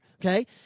okay